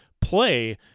play